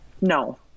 No